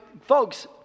folks